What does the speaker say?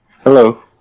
Hello